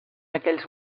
aquells